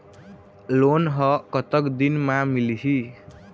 Loan ह कतक दिन मा मिलही?